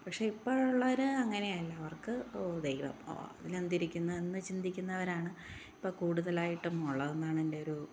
പക്ഷേ ഇപ്പോൾ ഉള്ളവരങ്ങനയല്ല അവര്ക്ക് ഓ ദൈവം ഓ അതിലെന്തിരിക്കുന്നു എന്നു ചിന്തിക്കുന്നവരാണ് ഇപ്പോൾ കൂടുതലായിട്ടും ഉള്ളതെന്നാണ് എന്റെ ഒരു ഇത്